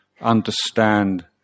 understand